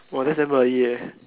oh that's damn early eh